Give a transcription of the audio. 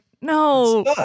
no